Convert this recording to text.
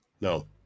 no